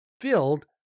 filled